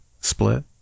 split